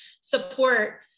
support